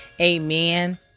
Amen